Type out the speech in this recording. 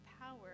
power